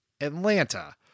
Atlanta